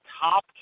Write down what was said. top